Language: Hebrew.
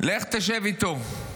לך תשב איתו.